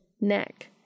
neck